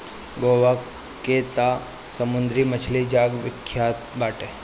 गोवा के तअ समुंदरी मछली जग विख्यात बाटे